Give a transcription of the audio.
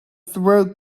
throat